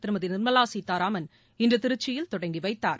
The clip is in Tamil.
திருமதி நிர்மலா சீதாராமன் இன்று திருச்சியில் தொடங்கிவைத்தார்